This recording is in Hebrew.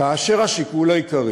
כאשר השיקול העיקרי